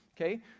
okay